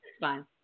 Fine